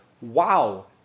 wow